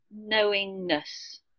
knowingness